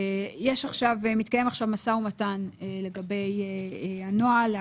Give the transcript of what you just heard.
מתקיים עכשיו משא ומתן לגבי הנוהל.